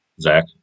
Zach